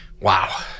wow